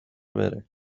بره